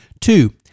Two